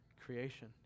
Creation